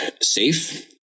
safe